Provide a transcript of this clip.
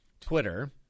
Twitter